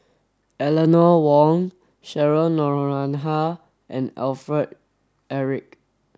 Eleanor Wong Cheryl Noronha and Alfred Eric